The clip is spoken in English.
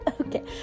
Okay